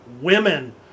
women